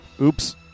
Oops